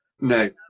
No